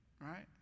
right